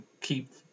keep